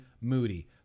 Moody